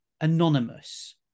anonymous